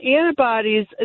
antibodies